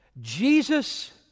Jesus